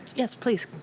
yes please.